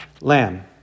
lamb